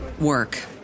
work